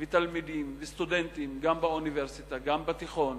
תלמידים וסטודנטים, גם באוניברסיטה וגם בתיכון,